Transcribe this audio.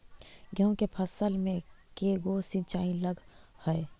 गेहूं के फसल मे के गो सिंचाई लग हय?